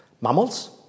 Mammals